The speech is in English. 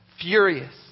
Furious